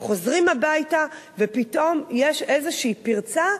הם חוזרים הביתה ופתאום יש איזו פרצה,